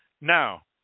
Now